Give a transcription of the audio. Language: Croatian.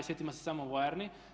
Sjetimo se samo vojarni.